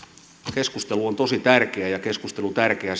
keskustelu on tosi tärkeä ja keskustelu on tärkeä